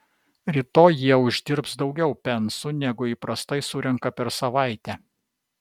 rytoj jie uždirbs daugiau pensų negu įprastai surenka per savaitę